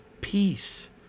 peace